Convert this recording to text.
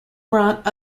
brought